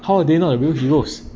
how are they not a real heroes